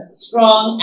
strong